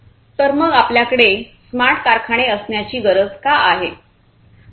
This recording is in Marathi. तर मग आपल्याकडे स्मार्ट कारखाने असण्याची गरज का आहे